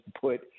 put –